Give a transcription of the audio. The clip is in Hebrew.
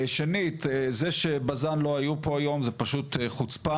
שנית, זה שבז"ן לא היו פה היום זה פשוט חוצפה.